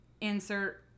insert